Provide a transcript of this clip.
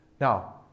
Now